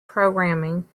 programming